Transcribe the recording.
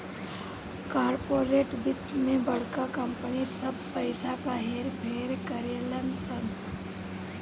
corporate वित्त मे बड़का कंपनी सब पइसा क हेर फेर करेलन सन